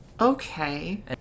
Okay